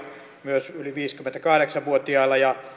myös yli viisikymmentäkahdeksan vuotiaana ja